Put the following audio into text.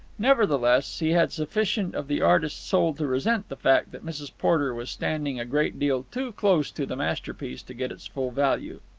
nevertheless, he had sufficient of the artist soul to resent the fact that mrs. porter was standing a great deal too close to the masterpiece to get its full value.